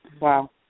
Wow